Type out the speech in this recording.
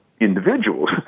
individuals